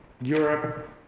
Europe